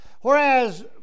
Whereas